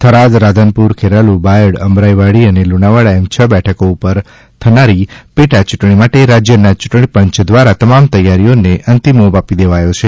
થરાદ રાધનપુર ખેરાલુ બાયડ અમરાઈવાડી અને લુણાવાડા એમ છ બેઠકો ઉપર થનારી પેટા યૂંટણી માટે રાજ્યના યૂંટણી પંચ દ્વારા તમામ તૈયારીઓને અંતિમ ઓપ આપી દેવાયો છે